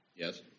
Yes